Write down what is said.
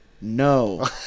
No